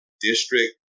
district